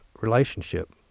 relationship